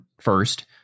first